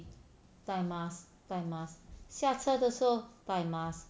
带 mask 带 mask 下车的时候带 mask